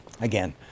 again